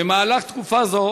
במהלך תקופה זו